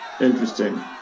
Interesting